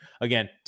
Again